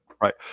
Right